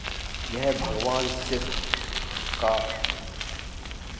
यह भगवान शिव का